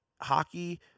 hockey